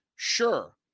sure